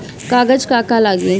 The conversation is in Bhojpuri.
कागज का का लागी?